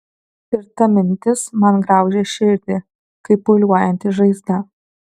ir ta mintis man graužia širdį kaip pūliuojanti žaizda